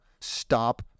Stop